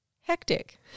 Hectic